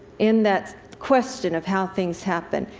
in that question of how things happen,